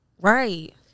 Right